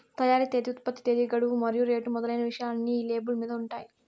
తయారీ తేదీ ఉత్పత్తి తేదీ గడువు మరియు రేటు మొదలైన విషయాలన్నీ ఈ లేబుల్ మీద ఉంటాయి